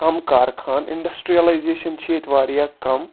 کم کارخان انڈسٹریلیزیشن چھِ ییٚتہِ واریاہ کم